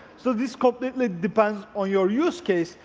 so this completely depends on your use case,